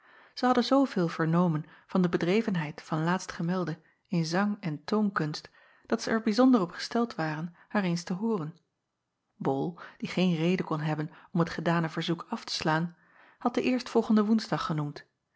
zij hadden zooveel vernomen van de bedrevenheid van laatstgemelde in zang en toonkunst dat zij er bijzonder op gesteld waren haar eens te hooren ol die geen reden kon hebben om het gedane verzoek af te slaan had den eerstvolgenden oensdag genoemd